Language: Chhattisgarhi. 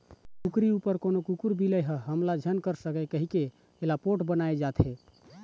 कुकरी उपर कोनो कुकुर, बिलई ह हमला झन कर सकय कहिके एला पोठ बनाए जाथे